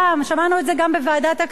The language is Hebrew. שמענו את זה גם בוועדת הכספים,